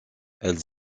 elles